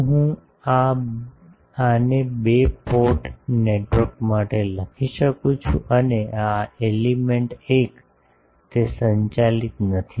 શું હું આને બે પોર્ટ નેટવર્ક માટે લખી શકું છું અને અને આ એલિમેન્ટ 1 તે સંચાલિત નથી